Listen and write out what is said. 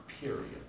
period